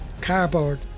cardboard